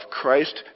Christ